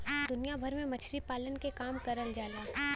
दुनिया भर में मछरी पालन के काम करल जाला